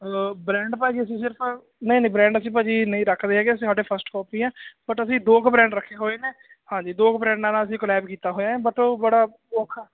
ਆ ਬ੍ਰੈਂਡ ਭਾਅ ਜੀ ਅਸੀਂ ਸਿਰਫ ਨਹੀਂ ਨਹੀਂ ਬ੍ਰੈਂਡ ਅਸੀਂ ਸਿਰਫ ਨਹੀਂ ਰੱਖਦੇ ਹੈਗੇ ਸਾਡੇ ਫਸਟ ਸ਼ੋਪ ਈ ਆ ਬਟ ਅਸੀਂ ਦੋ ਕ ਬ੍ਰੈਂਡ ਰੱਖੇ ਹੋਏ ਨੇ ਹਾਂਜੀ ਦੋ ਕ ਬ੍ਰੈਂਡ ਨਾਲ ਅਸੀਂ ਕੋਲੈਬ ਕੀਤਾ ਹੋਇਆ ਐ ਬਟ ਓਹ ਬੜਾ ਔਖਾ